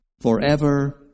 forever